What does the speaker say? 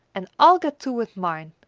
and i'll get two with mine!